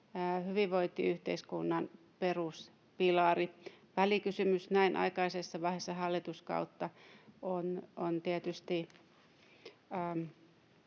hyvinvointiyhteiskunnan peruspilari. Välikysymys näin aikaisessa vaiheessa hallituskautta on tietysti